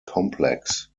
complex